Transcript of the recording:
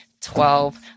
twelve